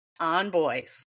onboys